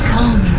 Come